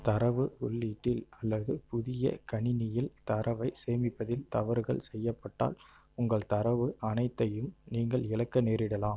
தரவு உள்ளீட்டில் அல்லது புதிய கணினியில் தரவை சேமிப்பதில் தவறுகள் செய்யப்பட்டால் உங்கள் தரவு அனைத்தையும் நீங்கள் இழக்க நேரிடலாம்